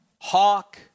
Hawk